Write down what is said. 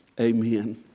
amen